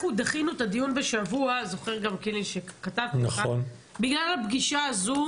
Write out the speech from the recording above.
אנחנו דחינו את הדיון בשבוע בגלל הפגישה הזו